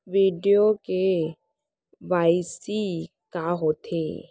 video KYC का होथे